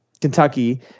Kentucky